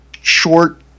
short